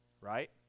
right